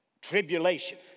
Tribulation